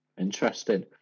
Interesting